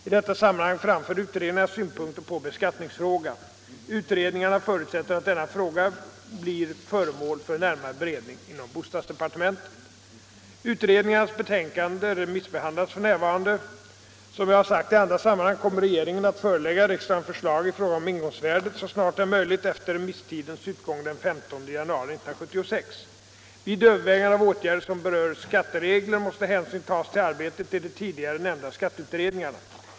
I detta sammanhang framför utredningarna synpunkter på beskattningsfrågan. Utredningarna förutsätter att denna fråga blir föremål för närmare beredning inom bostadsdepartementet. Utredningens betänkande remissbehandlas f. n. Som jag har sagt i andra sammanhang kommer regeringen att förelägga riksdagen förslag i fråga om ingångsvärdet så snart det är möjligt efter remisstidens utgång den 15 januari 1976. Vid övervägande av åtgärder som berör skatteregler måste hänsyn tas till arbetet i de tidigare nämnda skatteutredningarna.